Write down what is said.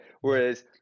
Whereas